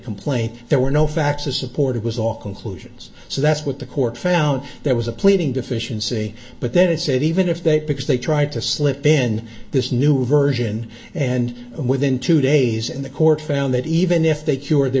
complaint there were no facts to support it was all conclusions so that's what the court found there was a pleading deficiency but then he said even if they because they tried to slip in this new version and within two days and the court found that even if they cure the